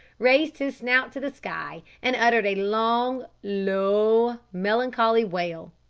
raised his snout to the sky, and uttered a long, low, melancholy wail.